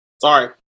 Sorry